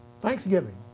Thanksgiving